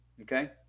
Okay